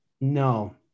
No